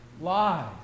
lies